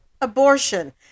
abortion